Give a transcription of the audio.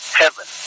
heaven